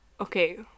Okay